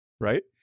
right